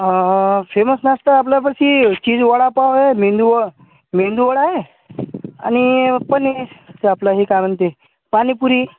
famous नाश्ता आपल्यापाशी चीज वडापाव आहे मेंदूव मेदूवडा आहे आणि पण हे आपलं हे काय म्हणते पाणीपुरी